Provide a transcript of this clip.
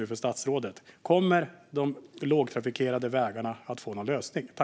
Kommer det någon lösning för de lågtrafikerade vägarna?